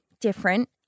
different